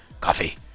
Coffee